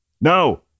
No